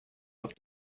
auf